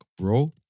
bro